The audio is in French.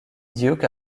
duke